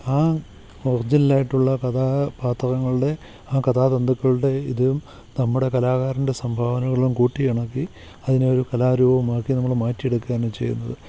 ആ ഒറിജിലായിട്ടുള്ള കഥാ പാത്രങ്ങളുടെ ആ കഥ തന്തുക്കളുടെ ഇതും നമ്മുടെ കലാകാരൻ്റെ സംഭാവനകളും കൂട്ടിയിണക്കി അതിനെ ഒരു കലാരൂപമാക്കി നമ്മൾ മാറ്റിയെടുക്കുകയാണ് ചെയ്യുന്നത്